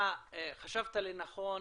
אתה חשבת לנכון